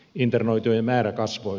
internoitujen määrä kasvoi